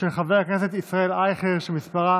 של חבר הכנסת ישראל אייכלר, שמספרה